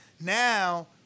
Now